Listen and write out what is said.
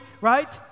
right